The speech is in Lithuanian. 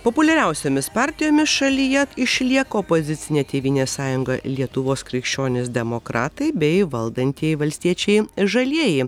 populiariausiomis partijomis šalyje išlieka opozicinė tėvynės sąjunga lietuvos krikščionys demokratai bei valdantieji valstiečiai žalieji